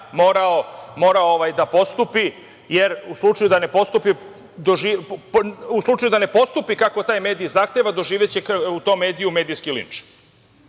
morao da postupi, jer u slučaju da ne postupi kako taj mediji zahteva doživeće u tom mediju medijski linč.E,